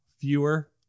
Fewer